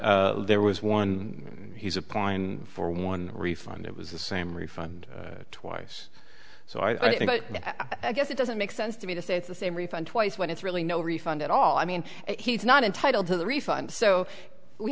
there was one he's applying for one refund it was the same refund twice so i think but i guess it doesn't make sense to me to say it's the same refund twice when it's really no refund at all i mean he's not entitled to the refund so we